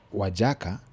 wajaka